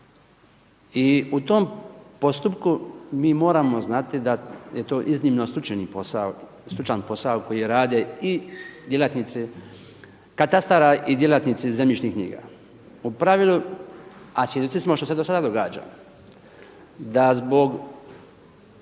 I u tom postupku mi moramo znati da je to iznimno stručan posao koji rade i djelatnici katastara i djelatnici zemljišnih knjiga u pravilu. A svjedoci smo što se do sada događa da zbog